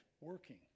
working